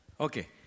Okay